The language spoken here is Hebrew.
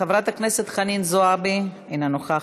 חברת הכנסת חנין זועבי, אינה נוכחת.